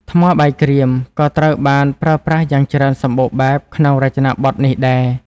ថ្មបាយក្រៀម ក៏ត្រូវបានប្រើប្រាស់យ៉ាងច្រើនសម្បូរបែបក្នុងរចនាបថនេះដែរ។